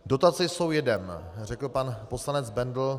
Dotace jsou jedem, řekl pan poslanec Bendl.